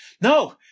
no